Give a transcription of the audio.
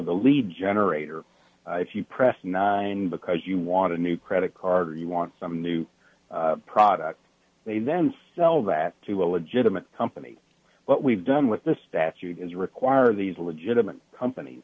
the lead generator if you press nine because you want a new credit card or you want some new product they then sell that to a legitimate company but we've done with this statute is require these legitimate companies